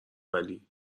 ولی